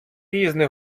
різні